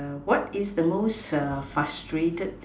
what is the most err frustrated